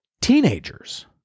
teenagers